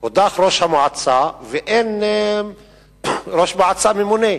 הודח ראש המועצה ואין ראש מועצה ממונה.